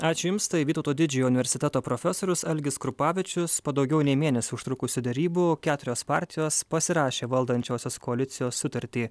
ačiū jums tai vytauto didžiojo universiteto profesorius algis krupavičius po daugiau nei mėnesį užtrukusių derybų keturios partijos pasirašė valdančiosios koalicijos sutartį